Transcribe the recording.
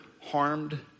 Harmed